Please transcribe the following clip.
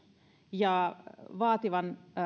ja vaativan